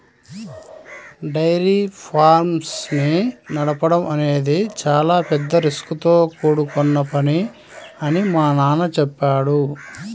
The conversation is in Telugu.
డైరీ ఫార్మ్స్ ని నడపడం అనేది చాలా పెద్ద రిస్కుతో కూడుకొన్న పని అని మా నాన్న చెప్పాడు